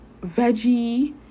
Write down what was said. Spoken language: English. veggie